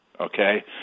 okay